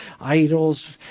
idols